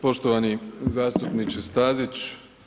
Poštovani zastupniče Stazić.